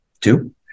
two